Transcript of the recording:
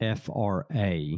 FRA